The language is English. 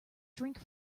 drink